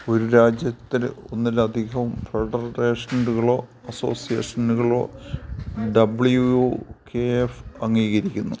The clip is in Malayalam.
ഒരു രാജ്യത്തിൽ ഒന്നിലധികം ഫെഡറേഷനുകളോ അസോസിയേഷനുകളോ ഡബ്ല്യൂ കെ എഫ് അംഗീകരിക്കുന്നു